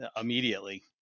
immediately